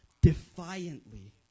defiantly